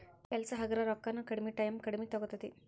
ಕೆಲಸಾ ಹಗರ ರೊಕ್ಕಾನು ಕಡಮಿ ಟಾಯಮು ಕಡಮಿ ತುಗೊತತಿ